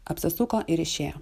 apsisuko ir išėjo